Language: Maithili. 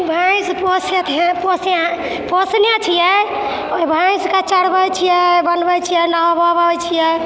भैँस पोसै पोसने छिए ओहि भैँसके चरबै छिए बनबै छिए नहबबै छिए